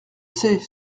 sais